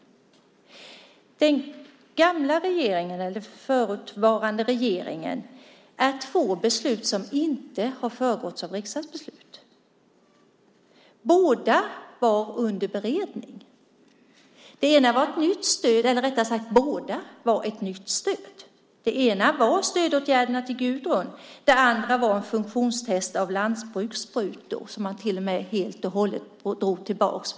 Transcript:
För den gamla eller förutvarande regeringen är det två beslut som inte har föregåtts av riksdagsbeslut. Båda var under beredning. Båda gällde ett nytt stöd. Det ena var stödåtgärderna till Gudrun och det andra var ett funktionstest av lantbrukssprutor, som man till och med helt och hållet drog tillbaka.